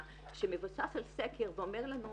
שמבוסס על סקר ואומר לנו